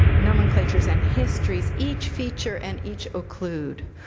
nomenclatures and histories each feature and each occlude,